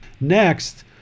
Next